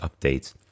updates